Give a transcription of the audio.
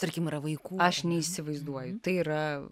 tarkim yra vaikų aš neįsivaizduoju tai yra